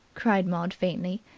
cried maud faintly.